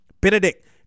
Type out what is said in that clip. Benedict